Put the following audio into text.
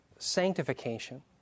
sanctification